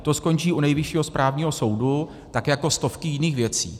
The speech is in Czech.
To skončí u Nejvyššího správního soudu tak jako stovky jiných věcí.